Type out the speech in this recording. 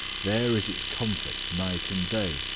there is its comfort night and day,